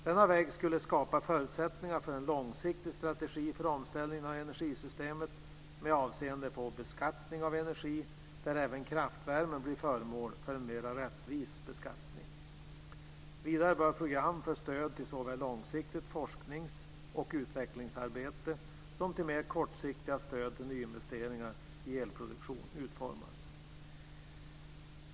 Denna väg skulle skapa förutsättningar för en långsiktig strategi för omställningen av energisystemet med avseende på beskattning av energi, där även kraftvärmen blir föremål för en mer rättvis beskattning. Vidare bör program för stöd till såväl långsiktigt forsknings och utvecklingsarbete som till mer kortsiktiga stöd till nyinvesteringar i elproduktion utformas.